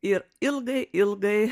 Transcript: ir ilgai ilgai